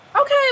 okay